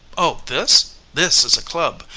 oh, this? this is a club.